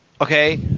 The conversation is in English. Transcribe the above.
Okay